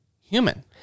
human